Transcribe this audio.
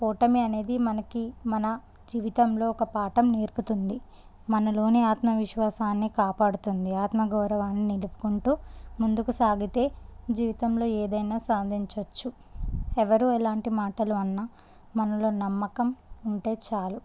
ఓటమి అనేది మనకి మన జీవితంలో ఒక పాఠం నేర్పుతుంది మనలోని ఆత్మవిశ్వాసాన్ని కాపాడుతుంది ఆత్మగౌరవాన్ని నిలుపుకుంటూ ముందుకు సాగితే జీవితంలో ఏదైనా సాధించవచ్చు ఎవరు ఎలాంటి మాటలు అన్నా మనలో నమ్మకం ఉంటే చాలు